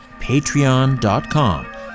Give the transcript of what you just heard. Patreon.com